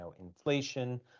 inflation